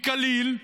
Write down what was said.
בכליל,